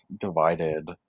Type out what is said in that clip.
divided